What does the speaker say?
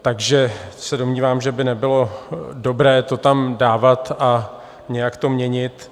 Takže se domnívám, že by nebylo dobré to tam dávat a nějak to měnit.